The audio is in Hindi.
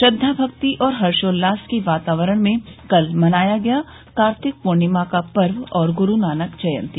श्रद्धा भक्ति और हर्षोल्लास के वातावरण में कल मनाया गया कार्तिक पूर्णिमा का पर्व और ग्रुनानक जयंती